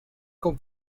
con